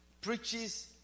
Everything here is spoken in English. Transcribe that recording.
preaches